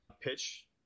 pitch